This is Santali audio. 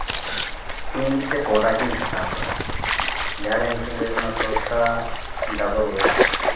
ᱤᱧ ᱢᱤᱫᱴᱮᱱ ᱯᱨᱚᱰᱟᱠᱴ ᱤᱧ ᱦᱟᱛᱟᱣ ᱟᱠᱟᱫᱼᱟ ᱡᱟᱦᱟᱸ ᱨᱮᱭᱟᱜ ᱧᱩᱛᱩᱢ ᱫᱚ ᱦᱩᱭᱩᱜ ᱠᱟᱱᱟ ᱥᱚᱨᱥᱟ ᱰᱟᱵᱚᱨ ᱳᱭᱮᱞ